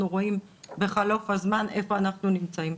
רואים בחלוף הזמן איפה אנחנו נמצאים.